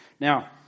Now